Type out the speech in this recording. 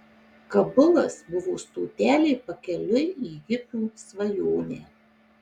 kabulas buvo stotelė pakeliui į hipių svajonę